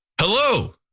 Hello